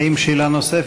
האם יש שאלה נוספת?